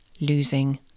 losing